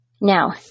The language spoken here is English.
Now